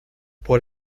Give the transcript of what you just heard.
por